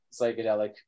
psychedelic